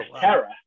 Terror